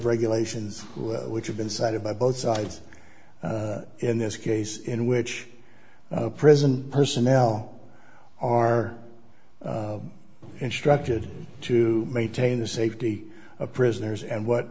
regulations which have been cited by both sides in this case in which prison personnel are instructed to maintain the safety of prisoners and what